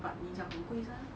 but 你讲很贵是吗